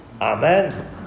Amen